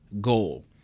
goal